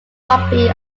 copy